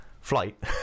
flight